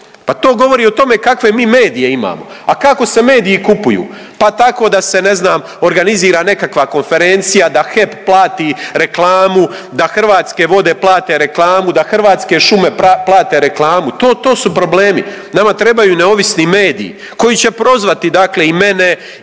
Pa to govori o tome kakve mi medije imamo. A kako se mediji kupuju? Pa tako da se ne znam organizira nekakva konferencija, da HEP plati reklamu, da Hrvatske vode plate reklamu, da Hrvatske šume plate reklamu, to su problemi. Nama trebaju neovisni mediji koji će prozvati dakle i mene